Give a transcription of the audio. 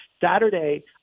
Saturday